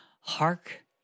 hark